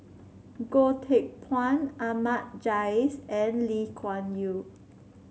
Goh Teck Phuan Ahmad Jais and Lee Kuan Yew